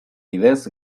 bidez